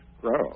grow